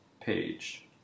page